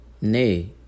Nay